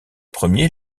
premiers